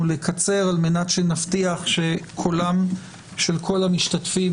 ולקצר על מנת שנבטיח שקולם של כל המשתתפים